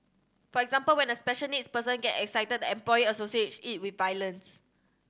for example when a special needs person get excited the employer associates it with violence